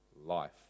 life